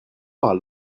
parle